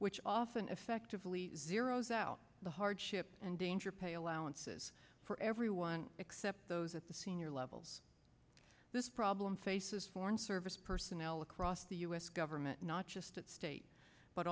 which often effectively zero zero the hardship and danger pay allowances for everyone except those at the senior levels this problem faces foreign service personnel across the u s government not just at state but